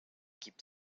gibt